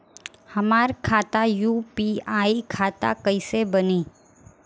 हमार खाता यू.पी.आई खाता कईसे बनी?